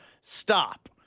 stop